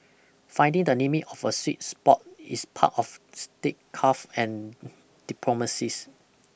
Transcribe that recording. finding the limits of a sweet spot is part of state carve and diplomacies